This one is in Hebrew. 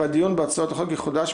אבל אם אנחנו לא רוצים לקיים,